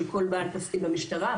של כל בעל תפקיד במשטרה,